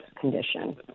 condition